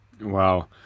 Wow